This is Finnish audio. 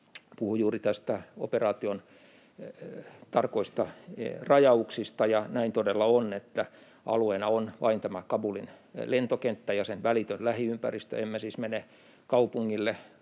puhui juuri näistä operaation tarkoista rajauksista. Näin todella on, että alueena on vain tämä Kabulin lentokenttä ja sen välitön lähiympäristö. Emme siis mene kaupungille,